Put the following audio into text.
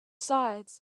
sides